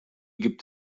gibt